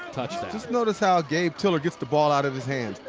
touchdown. just notice how gabe tiller gets the ball out of his hands.